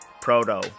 Proto